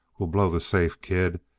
we'll blow the safe, kid,